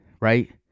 right